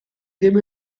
ddim